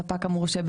הספק המורשה,